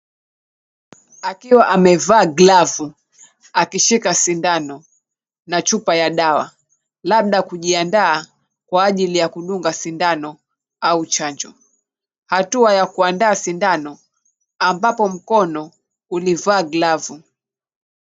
Akiwa amevaa glavu akishika sindano na chupa ya dawa labda kujiandaa kwa ajili ya kudunga sindano au chanjo. Hatua ya kuandaa sindano ambapo mkono ulivaa glavu.